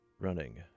running